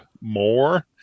more